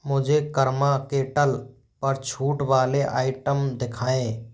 मुझे कर्मा केटल पर छूट वाले आइटम देखाएँ